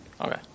Okay